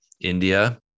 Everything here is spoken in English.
India